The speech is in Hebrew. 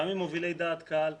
גם עם מובילי דעת קהל,